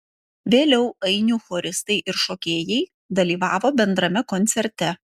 vėliau ainių choristai ir šokėjai dalyvavo bendrame koncerte